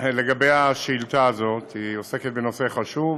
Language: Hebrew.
לגבי השאילתה הזאת, היא עוסקת בנושא חשוב: